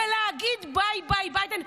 להגיד: ביי ביי, ביידן.